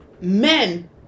men